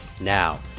Now